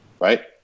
right